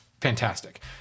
fantastic